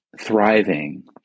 thriving